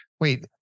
Wait